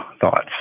thoughts